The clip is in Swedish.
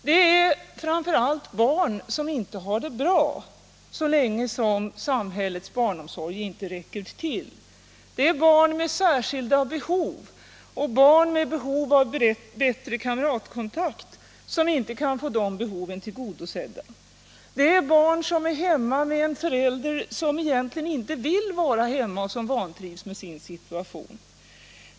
Det är framför allt barn som inte har det bra så länge som samhällets barnomsorg inte räcker till. Det är barn med särskilda behov och barn med behov av bättre kamratkontakt, som inte kan få de behoven tillgodosedda. Det är barn som är hemma med en förälder, som egentligen inte vill vara hemma och som vantrivs med sin situation.